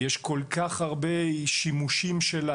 יש כל כך הרבה שימושים שלה,